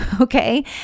okay